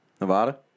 Nevada